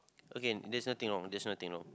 okay there's nothing wrong there's nothing wrong